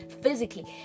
physically